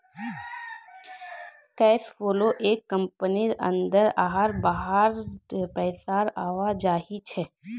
cash flow एक कंपनीर अंदर आर बाहर पैसार आवाजाही छे